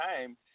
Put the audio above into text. time